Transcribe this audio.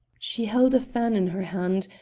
she held a fan in her hand,